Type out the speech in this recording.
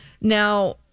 Now